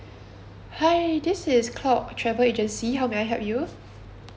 hi this is cloud travel agency how may I help you